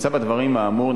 במצב הדברים האמור,